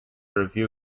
review